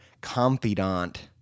Confidant